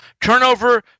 turnover